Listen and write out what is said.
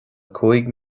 cúig